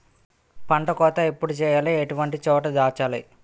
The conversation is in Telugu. పంట కోత ఎప్పుడు చేయాలి? ఎటువంటి చోట దాచాలి?